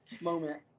moment